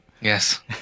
yes